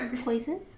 poison